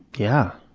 yeah.